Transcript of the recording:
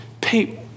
pay